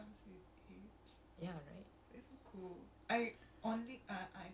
stamina dah turun muscle semua dah macam dah layu